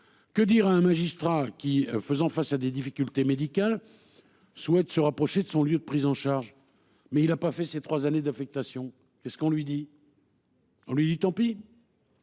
Que dire à un magistrat qui faisant face à des difficultés médicales. Souhaite se rapprocher de son lieu de prise en charge mais il a pas fait ces 3 années d'affectation et ce qu'on lui dit. On le dit, tant pis.